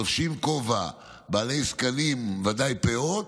לובשים כובע, בעלי זקנים וודאי פאות,